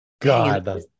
God